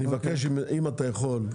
אני מבקש אם אתה יכול,